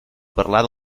parlar